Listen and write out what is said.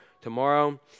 tomorrow